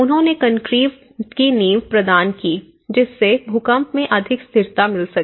उन्होंने कंक्रीट नींव प्रदान की जिससे भूकंप में अधिक स्थिरता मिल सके